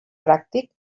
pràctic